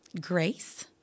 grace